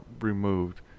removed